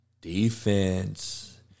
Defense